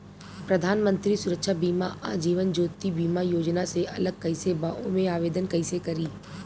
प्रधानमंत्री सुरक्षा बीमा आ जीवन ज्योति बीमा योजना से अलग कईसे बा ओमे आवदेन कईसे करी?